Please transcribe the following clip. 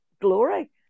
glory